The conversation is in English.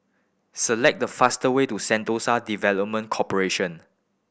select the fastest way to Sentosa Development Corporation